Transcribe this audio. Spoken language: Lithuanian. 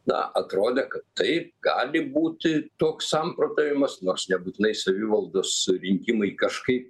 na atrodė kad taip gali būti toks samprotavimas nors nebūtinai savivaldos rinkimai kažkaip